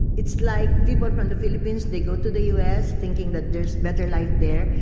it's like, people from the philippines, they go to the us thinking that there's better life there.